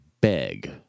beg